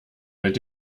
mit